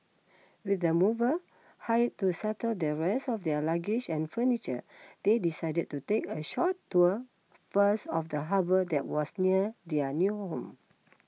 with the movers hired to settle their rest of their luggage and furniture they decided to take a short tour first of the harbour that was near their new home